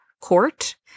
court